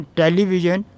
television